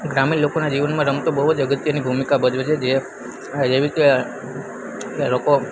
ગ્રામીણ લોકોના જીવનમાં રમતો બહુ જ અગત્યની ભૂમિકા ભજવે છે જે જેવી કે એ લોકો